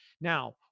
Now